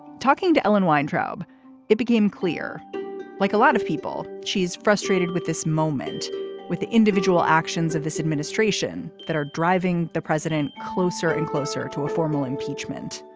talking to ellen weintraub it became clear like a lot of people she's frustrated with this moment with the individual actions of this administration that are driving the president closer and closer to a formal impeachment.